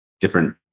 different